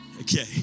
Okay